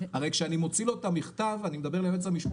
הרי כשאני מוציא לו את המכתב, אני אומר לו: